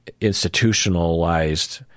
institutionalized